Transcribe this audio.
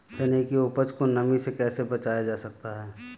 चने की उपज को नमी से कैसे बचाया जा सकता है?